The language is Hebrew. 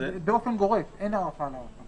באופן גורף אין הארכה על הארכה.